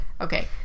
okay